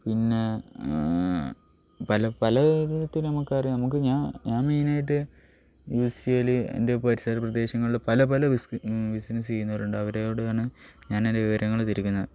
പിന്നെ പല പല വിധത്തിൽ നമുക്കറിയാം നമുക്ക് ഞാൻ ഞാൻ മെയിനായിട്ട് യൂസ് ചെയ്യല് എൻ്റെ പരിസരപ്രദേശങ്ങളിൽ പല പല ബിസിനസ്സ് ചെയ്യുന്നവരുണ്ട് അവരോട് ആണ് ഞാനെൻ്റെ വിവരങ്ങൾ തിരക്കുന്നത്